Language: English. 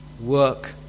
work